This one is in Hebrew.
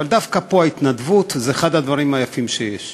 אבל דווקא פה ההתנדבות היא אחד הדברים היפים שיש.